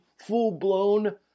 full-blown